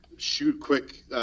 shoot-quick